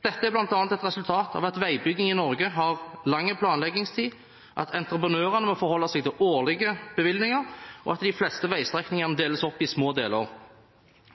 Dette er bl.a. et resultat av at veibygging i Norge har lang planleggingstid, at entreprenørene må forholde seg til årlige bevilgninger, og at de fleste veistrekningene deles opp i små deler.